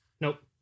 Nope